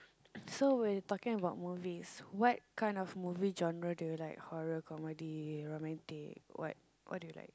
so we talking about movies what kind of movie genre do you like horror comedy romantic what what do you like